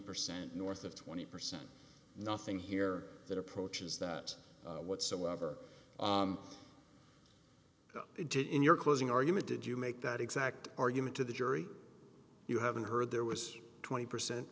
percent north of twenty percent nothing here that approaches that whatsoever in your closing argument did you make that exact argument to the jury you haven't heard there was twenty percent